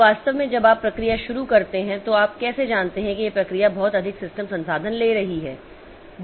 तो वास्तव में जब आप एक प्रक्रिया शुरू करते हैं तो आप कैसे जानते हैं कि यह प्रक्रिया बहुत अधिक सिस्टम संसाधन ले रही है